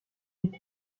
est